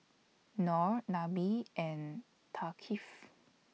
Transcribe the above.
Noh Nabil and Thaqif